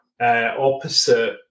opposite